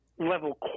level